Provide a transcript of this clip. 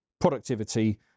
productivity